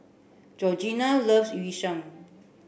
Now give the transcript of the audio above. Georgina loves Yu Sheng